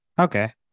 okay